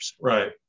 Right